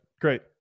Great